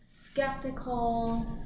skeptical